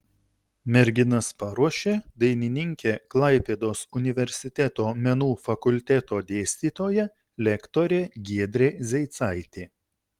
merginas paruošė dainininkė klaipėdos universiteto menų fakulteto dėstytoja lektorė giedrė zeicaitė